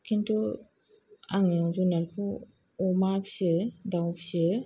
खिन्थु आं जुनारखौ अमा फियो दाउ फियो